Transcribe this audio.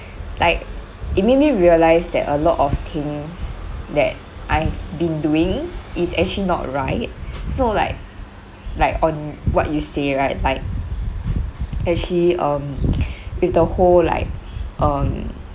like it made me realise that a lot of things that I've been doing is actually not right so like like on what you say right like actually um with the whole like um